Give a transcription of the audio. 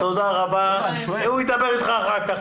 הוא ידבר אתך אחר כך.